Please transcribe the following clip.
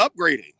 upgrading